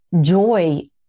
joy